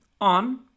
on